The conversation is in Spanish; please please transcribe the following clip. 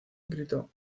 grito